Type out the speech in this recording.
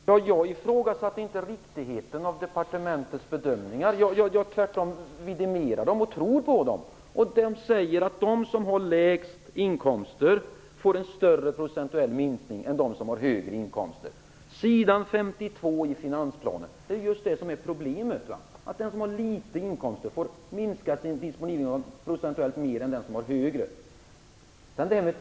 Fru talman! Jag ifrågasatte inte riktigheten i departementets bedömningar. Tvärtom, jag vidimerar dem och tror på dem. De som har lägst inkomster får en större procentuell minskning än de som har större inkomster enligt s. 52 i finansplanen. Det är just det som är problemet, att den som har lägre inkomster får en procentuellt större minskning än den som har högre inkomster.